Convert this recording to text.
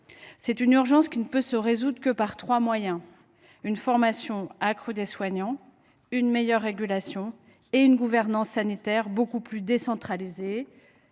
Cette urgence ne peut se résoudre que par trois moyens : une formation accrue des soignants, une meilleure régulation, une gouvernance sanitaire beaucoup plus décentralisée